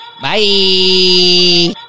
Bye